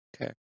Okay